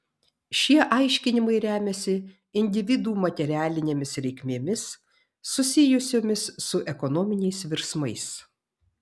šie aiškinimai remiasi individų materialinėmis reikmėmis susijusiomis su ekonominiais virsmais